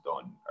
done